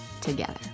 together